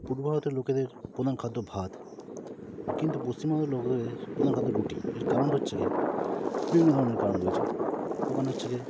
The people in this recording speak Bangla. পূর্ব ভারতের লোকেদের প্রধান খাদ্য ভাত কিন্তু পশ্চিমবঙ্গের লোকের প্রধান খাদ্য রুটি এর কারণটা হচ্ছে গিয়ে বিভিন্ন ধরণের কারণ রয়েছে ওখানে হচ্ছে গিয়ে